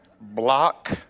Block